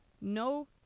no